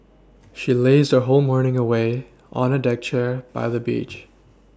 she lazed her whole morning away on a deck chair by the beach